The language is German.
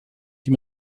die